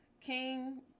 King